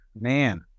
man